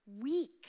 weak